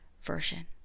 version